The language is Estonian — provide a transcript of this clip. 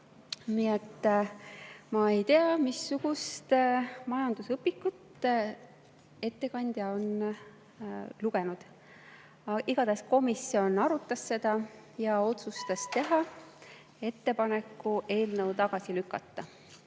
ma ei tea, missugust majandusõpikut ettekandja on lugenud. Igatahes komisjon arutas seda ja otsustas teha ettepaneku eelnõu tagasi lükata.